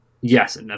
Yes